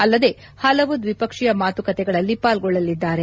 ಅಲ್ಲದೇ ಹಲವು ದ್ವಿಪಕ್ಷೀಯ ಮಾತುಕತೆಗಳಲ್ಲಿ ಪಾಲ್ಗೊಳ್ಳಲಿದ್ದಾರೆ